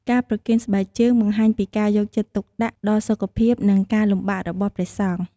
ការប្រគេនស្បែកជើងបង្ហាញពីការយកចិត្តទុកដាក់ដល់សុខភាព និងការលំបាករបស់ព្រះសង្ឃ។